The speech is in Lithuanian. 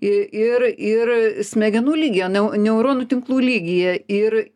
i ir ir smegenų lygyje neu neuronų tinklų lygyje ir